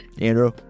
Andrew